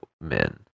men